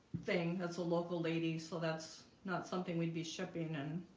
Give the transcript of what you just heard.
thing that's a local lady. so that's not something we'd be shipping and